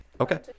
Okay